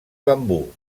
bambú